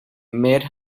made